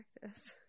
practice